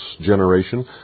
generation